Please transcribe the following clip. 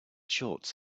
shorts